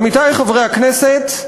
עמיתי חברי הכנסת,